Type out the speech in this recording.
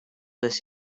this